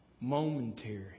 Momentary